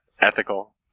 ethical